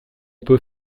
peut